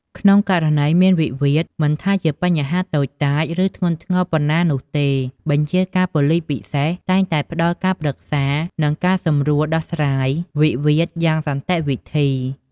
ក្នុងករណីមាន វិវាទ មិនថាជាបញ្ហាតូចតាច ឬធ្ងន់ធ្ងរប៉ុណ្ណានោះទេ បញ្ជាការប៉ូលិសពិសេសតែងតែ ផ្តល់ការប្រឹក្សា និងការសម្រួលដោះស្រាយវិវាទយ៉ាងសន្តិភាព។